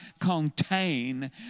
contain